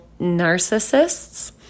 narcissists